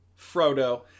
Frodo